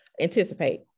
anticipate